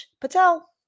Patel